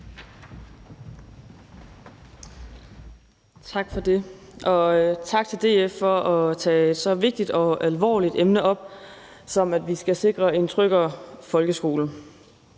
Tak for det, og tak til DF for at tage et så vigtigt og alvorligt emne op, som at vi skal sikre en tryggere folkeskole.